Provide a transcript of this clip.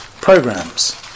programs